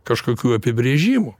kažkokių apibrėžimų